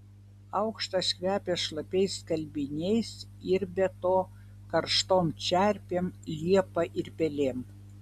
aukštas kvepia šlapiais skalbiniais ir be to karštom čerpėm liepa ir pelėm